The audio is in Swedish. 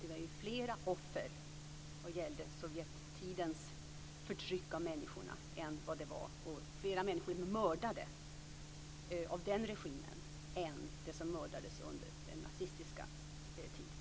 Det var fler offer vad gällde Sovjettidens förtryck av människorna. Fler människor blev mördade av den regimen än som mördades under den nazistiska tiden.